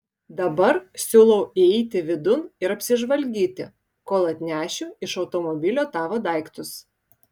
dabar siūlau įeiti vidun ir apsižvalgyti kol atnešiu iš automobilio tavo daiktus